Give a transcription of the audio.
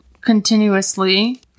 continuously